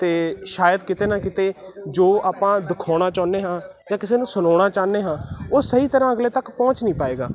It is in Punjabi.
ਅਤੇ ਸ਼ਾਇਦ ਕਿਤੇ ਨਾ ਕਿਤੇ ਜੋ ਆਪਾਂ ਦਿਖਾਉਣਾ ਚਾਹੁੰਦੇ ਹਾਂ ਜਾਂ ਕਿਸੇ ਨੂੰ ਸੁਣਾਉਣਾ ਚਾਹੁੰਦੇ ਹਾਂ ਉਹ ਸਹੀ ਤਰ੍ਹਾਂ ਅਗਲੇ ਤੱਕ ਪਹੁੰਚ ਨਹੀਂ ਪਾਏਗਾ